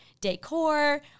decor